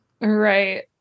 right